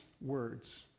words